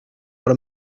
know